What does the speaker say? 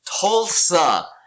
Tulsa